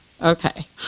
Okay